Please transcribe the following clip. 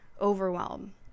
overwhelm